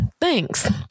Thanks